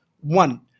one